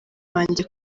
banjye